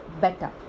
better